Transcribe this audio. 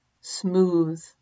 Smooth